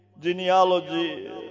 genealogy